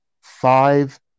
five